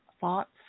thoughts